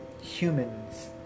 humans